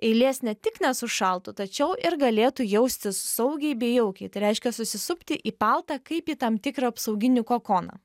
eilės ne tik nesušaltų tačiau ir galėtų jaustis saugiai bei jaukiai tai reiškia susisupti į paltą kaip į tam tikrą apsauginį kokoną